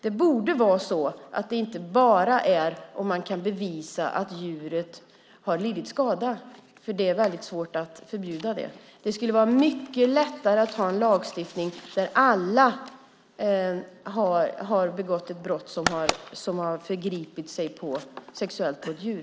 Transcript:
Det borde vara så att det inte bara är brottsligt om man kan bevisa att djuret har lidit skada, för det är väldigt svårt att bevisa det. Det skulle vara mycket lättare att ha en lagstiftning där alla har begått ett brott som har förgripit sig sexuellt på ett djur.